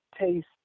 taste